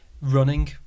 running